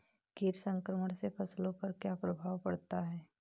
कीट संक्रमण से फसलों पर क्या प्रभाव पड़ता है?